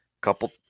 Couple